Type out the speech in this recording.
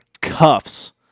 cuffs